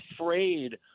afraid